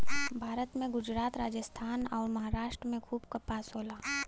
भारत में गुजरात, राजस्थान अउर, महाराष्ट्र में खूब कपास होला